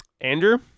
andrew